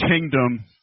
kingdom